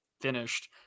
finished